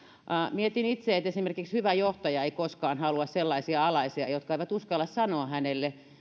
mietin itse että esimerkiksi hyvä johtaja ei koskaan halua sellaisia alaisia jotka eivät uskalla sanoa hänelle